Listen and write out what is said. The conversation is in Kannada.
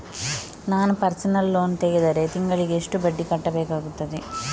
ನಾನು ಪರ್ಸನಲ್ ಲೋನ್ ತೆಗೆದರೆ ತಿಂಗಳಿಗೆ ಎಷ್ಟು ಬಡ್ಡಿ ಕಟ್ಟಬೇಕಾಗುತ್ತದೆ?